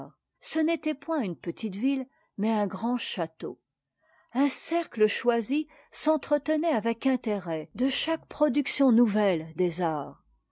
ce n'était point une petite ville mais un grand château un cercle choisi s'entretenait avec intérêt de chaque production nouvelle des arts